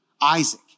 Isaac